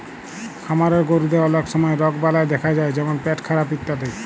খামারের গরুদের অলক সময় রগবালাই দ্যাখা যায় যেমল পেটখারাপ ইত্যাদি